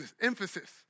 emphasis